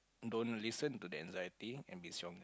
don't listen to the anxiety and be strong